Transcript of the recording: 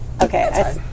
okay